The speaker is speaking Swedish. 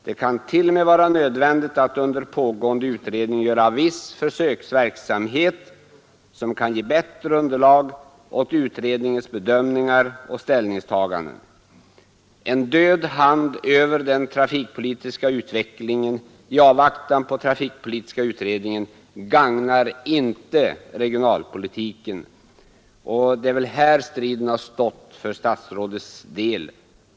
Det kan t.o.m. vara nödvändigt att under pågående utredning bedriva viss försöksverksamhet, som kan ge bättre underlag åt utredningens bedömningar och ställningstaganden. En död hand över den trafikpolitiska utvecklingen i avvaktan på trafikpolitiska utredningen gagnar inte regionalpolitiken. Det är väl om detta striden har stått för herr statsrådet.